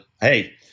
hey